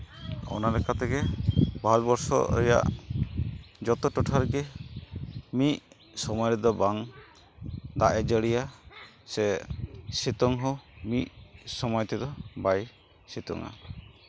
ᱚᱱᱟ ᱞᱮᱠᱟ ᱛᱮᱜᱮ ᱵᱷᱟᱨᱚᱛᱵᱚᱨᱥᱚ ᱨᱮᱭᱟᱜ ᱡᱚᱛᱚ ᱴᱚᱴᱷᱟ ᱨᱮᱜᱮ ᱢᱤᱫ ᱥᱚᱢᱚᱭ ᱨᱮᱫᱚ ᱵᱟᱝ ᱫᱟᱜ ᱮ ᱡᱟᱹᱲᱤᱭᱟ ᱥᱮ ᱥᱤᱛᱩᱝ ᱦᱚᱸ ᱢᱤᱫ ᱥᱚᱢᱚᱭ ᱛᱮᱫᱚ ᱵᱟᱭ ᱥᱤᱛᱩᱝᱼᱟ